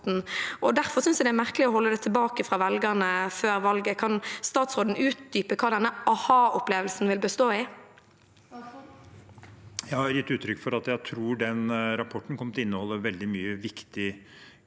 Derfor synes jeg det er merkelig å holde det tilbake fra velgerne før valget. Kan statsråden utdype hva denne aha-opplevelsen vil bestå i? Statsråd Terje Aasland Jeg har gitt ut- trykk for at jeg tror den rapporten kommer til å inneholde veldig mye viktig kunnskap